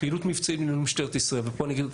פעילות מבצעית בניהול משטרת ישראל,